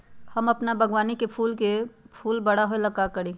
हम अपना बागवानी के गुलाब के फूल बारा होय ला का करी?